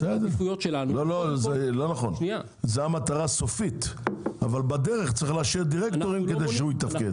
זה המטרה הסופית אבל בדרך צריך לאשר דירקטורים כדי שהוא יתפקד.